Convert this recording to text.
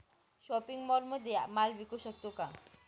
Shopping मॉलमध्ये माल विकू शकतो का?